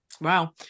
Wow